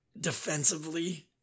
defensively